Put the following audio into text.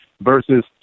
versus